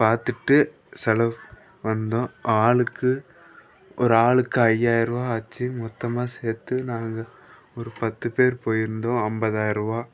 பார்த்துட்டு செலவு வந்தோம் ஆளுக்கு ஒரு ஆளுக்கு ஐயாயர ருபா ஆச்சு மொத்தமாக சேர்த்து நாங்கள் ஒரு பத்து பேர் போயிருந்தோம் அம்பதாயர ருபா